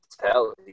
tell